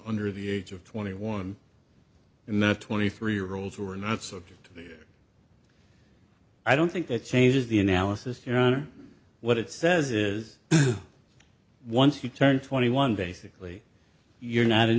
under the age of twenty one and the twenty three year olds who are not subject to the i don't think that changes the analysis your honor what it says is once you turn twenty one basically you're not in